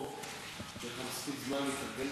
שיהיה לך מספיק זמן להתארגן מחדש ולאסוף